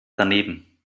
daneben